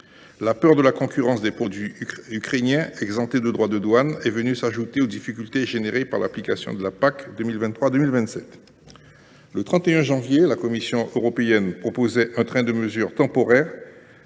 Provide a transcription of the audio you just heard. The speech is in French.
La peur de la concurrence des produits ukrainiens exemptés de droits de douane s’ajoute en effet aux difficultés générées par l’application de la PAC 2023 2027. Le 31 janvier, la Commission européenne proposait un train de mesures temporaires,